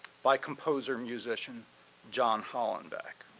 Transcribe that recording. by composer-musician john hollenbeck.